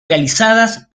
realizadas